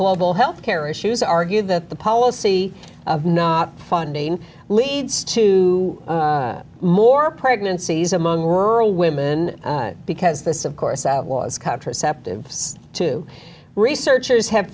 global health care issues argue that the policy of not funding leads to more pregnancies among rural women because this of course outlaws contraceptives to researchers have